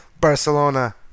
Barcelona